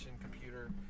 computer